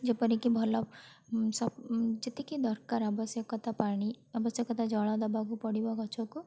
ଯେପରିକି ଭଲ ଯେତିକି ଦରକାର ଆବଶ୍ୟକତା ପାଣି ଆବଶ୍ୟକତା ଜଳ ଦେବାକୁ ପଡ଼ିବ ଗଛକୁ